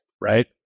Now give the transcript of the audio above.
right